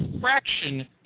fraction